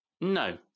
No